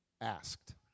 asked